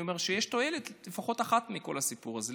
אני אומר שיש תועלת לפחות אחת מכל הסיפור הזה.